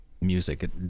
music